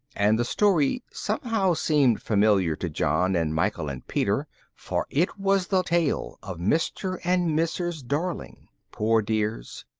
and the story somehow seemed familiar to john, and michael, and peter, for it was the tale of mr. and mrs. darling, poor dears,